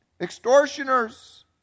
extortioners